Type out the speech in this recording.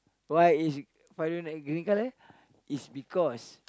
why is why do like green colour is because